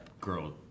girl